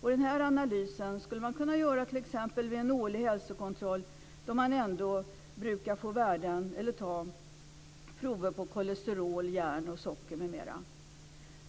Den här analysen skulle man kunna göra t.ex. vid en årlig hälsokontroll, då man ändå brukar ta prov på kolesterol, järn, socker m.m.